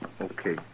Okay